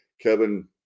Kevin